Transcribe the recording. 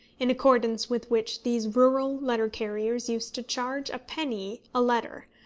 in accordance with which these rural letter-carriers used to charge a penny a letter,